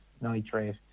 nitrate